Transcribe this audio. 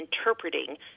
interpreting